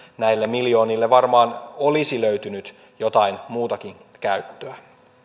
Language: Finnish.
näille miljoonille varmaan olisi löytynyt jotain muutakin käyttöä